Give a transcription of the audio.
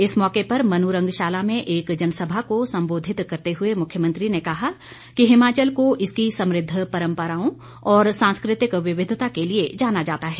इस मौके पर मनुरंगशाला में एक जनसभा को संबोधित करते हुए मुख्यमंत्री ने कहा कि हिमाचल को इसकी समृद्व परंपराओं और सांस्कृतिक विविधता के लिए जाना जाता है